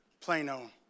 Plano